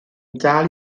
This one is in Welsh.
dal